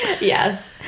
yes